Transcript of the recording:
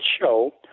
show